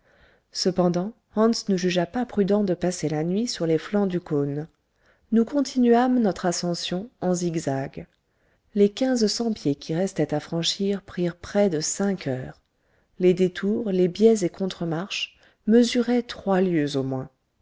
cependant hans ne jugea pas prudent de passer la nuit sur les flancs du cône nous continuâmes notre ascension en zigzag les quinze cents pieds qui restaient à franchir prirent près de cinq heures les détours les biais et contremarches mesuraient trois lieues au moins